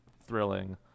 thrilling